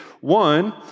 one